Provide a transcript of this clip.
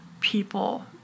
people